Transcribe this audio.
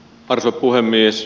arvoisa puhemies